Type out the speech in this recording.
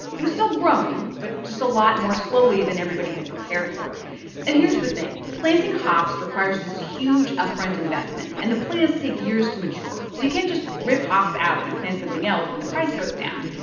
it was still growing but just a lot more slowly than everybody had prepared for and here's the thing planting hops requires this huge upfront investment. and the plants take years to mature. so you can't just rip hops out and plant something else when the price goes down.